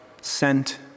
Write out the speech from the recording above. sent